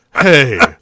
Hey